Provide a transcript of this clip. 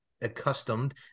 accustomed